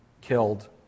killed